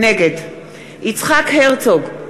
נגד יצחק הרצוג,